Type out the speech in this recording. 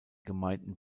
gemeinden